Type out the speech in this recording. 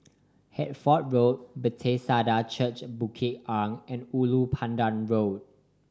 Hertford Road Bethesda Church Bukit Arang and Ulu Pandan Road